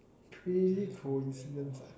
crazy coincidence ah